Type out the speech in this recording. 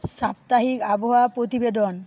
সাপ্তাহিক আবহাওয়া প্রতিবেদন